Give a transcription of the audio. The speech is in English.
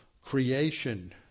Creation